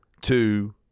two –